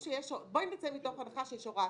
בואי נצא מתוך הנחה שיש הוראת